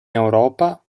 europa